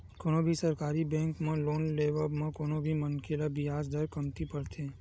कोनो भी सरकारी बेंक म लोन के लेवब म कोनो भी मनखे ल बियाज दर कमती परथे